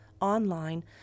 online